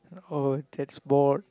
oh that's bored